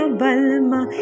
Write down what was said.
balma